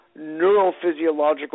neurophysiological